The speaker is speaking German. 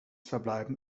verbleiben